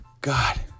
God